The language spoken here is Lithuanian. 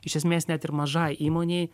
iš esmės net ir mažai įmonei